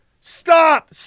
Stop